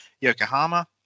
Yokohama